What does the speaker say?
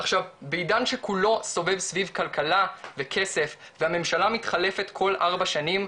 עכשיו בעידן שכולו סובב סביב כלכלה וכסף והממשלה מתחלפת כל ארבע שנים,